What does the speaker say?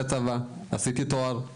סורפל עלמו.